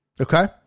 Okay